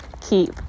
keep